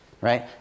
right